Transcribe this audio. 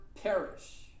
perish